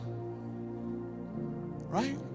right